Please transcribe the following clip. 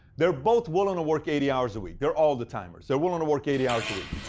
they're both willing to work eighty hours a week. they're all-the-timers. they're willing to work eighty hours a week.